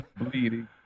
bleeding